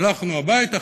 הלכנו הביתה,